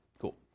Cool